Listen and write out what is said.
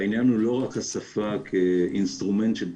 והעניין הוא לא רק השפה כאינסטרומנט של תקשורת,